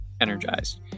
energized